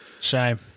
Shame